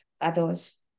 others